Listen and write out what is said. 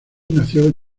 nació